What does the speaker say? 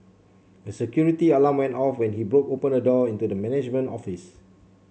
a security alarm went off when he broke open a door into the management office